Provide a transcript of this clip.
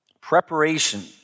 Preparation